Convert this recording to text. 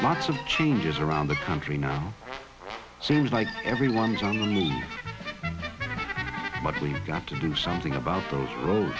much of changes around the country now seems like everyone's to me but we've got to do something about those roads